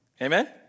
Amen